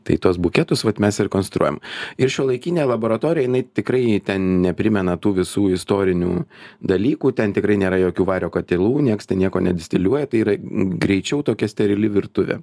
tai tuos buketus vat mes ir konstruojam ir šiuolaikinė laboratorija jinai tikrai neprimena tų visų istorinių dalykų ten tikrai nėra jokių vario katilų nieks ten nieko nedistiliuoja tai yra greičiau tokia sterili virtuvė